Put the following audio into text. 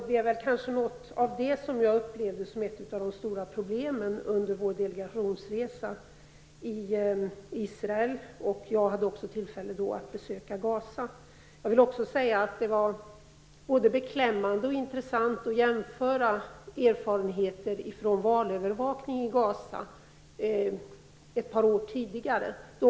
Jag upplevde detta som ett av de stora problemen under vår delegationsresa i Israel. Jag hade då också tillfälle att besöka Gaza. Det var både beklämmande och intressant att jämföra med erfarenheter från valövervakning i Gaza ett par år tidigare.